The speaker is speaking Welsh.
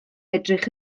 edrych